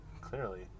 Clearly